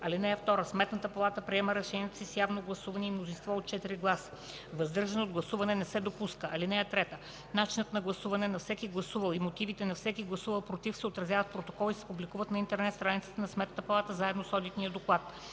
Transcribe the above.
закон. (2) Сметната палата приема решенията си с явно гласуване и мнозинство от 4 гласа. Въздържане от гласуване не се допуска. (3) Начинът на гласуване на всеки гласувал и мотивите на всеки гласувал против се отразяват в протокол и се публикуват на интернет страницата на Сметната палата заедно с одитния доклад.